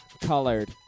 colored